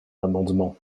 l’amendement